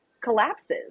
collapses